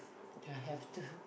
ya have to